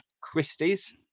Christie's